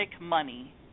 money